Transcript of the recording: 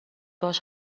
باهاش